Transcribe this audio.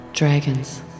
Dragons